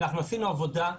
אנחנו עשינו עבודה,